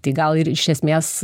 tai gal ir iš esmės